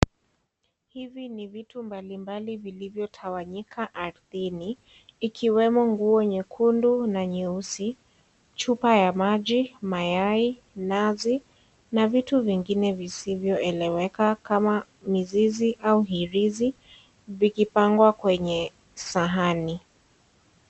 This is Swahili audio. Hivi ni vitu mbali mbali vilivyo tawanyika ardhini, ikiwemo nguo nyekundu na nyeusi, chupa ya maji, mayai, mnazi na vitu vingine visivyo eleweka kama mizizi ama mihirizi vikipangwa kwenye sahani.